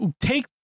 take